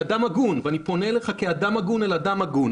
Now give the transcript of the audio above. ואני פונה אליך כאדם הגון אל אדם הגון